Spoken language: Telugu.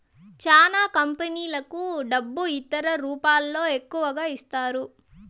చానా కంపెనీలకు డబ్బు ఇతర రూపాల్లో ఎక్కువగా ఇస్తారు